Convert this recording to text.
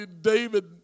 David